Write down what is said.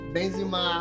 Benzema